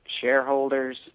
shareholders